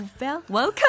welcome